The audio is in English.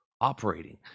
operating